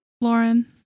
Lauren